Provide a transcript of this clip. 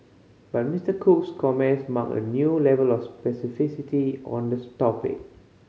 but Mister Cook's comments marked a new level of specificity on the topic